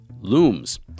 looms